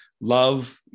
love